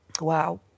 Wow